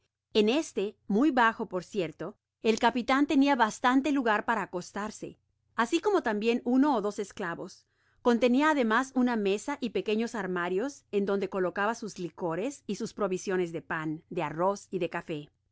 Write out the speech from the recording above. en este muy bajo por cierto el capitan tenia bastante lugar para acostarse asi como tambien uno ó dos esdavos contenia ademas una mesa y pequeños armarios en donde colocaba sus licores y sus provisiones de pan de arroz y de café